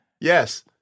Yes